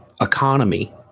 Economy